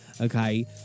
okay